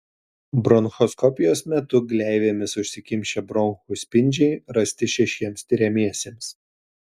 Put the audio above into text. bronchoskopijos metu gleivėmis užsikimšę bronchų spindžiai rasti šešiems tiriamiesiems